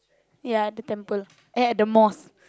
ya the temple eh the mosque